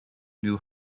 new